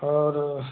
और